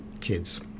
kids